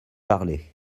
parler